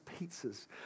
pizzas